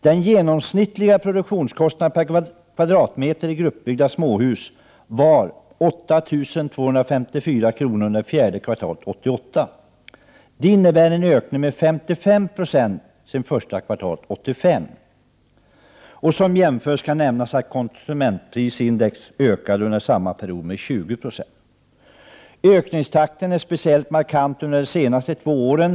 Den genomsnittliga produktionskostnaden per kvadratmeter i gruppbyggda småhus var 8 254 kr. under fjärde kvartalet 1988. Det innebär en ökning med 55 96 sedan första kvartalet 1985. Som jämförelse kan nämnas att konsumentprisindex under samma period ökade med 20 960. Ökningstakten har varit speciellt markant under de senaste två åren.